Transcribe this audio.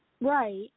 Right